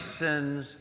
sins